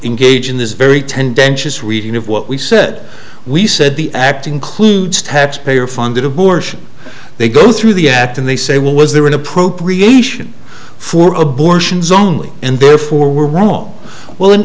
engage in this very tendentious reading of what we said we said the acting kluges taxpayer funded abortion they go through the act and they say well was there an appropriation for abortions only and therefore we're wrong well an